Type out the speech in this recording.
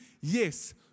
Yes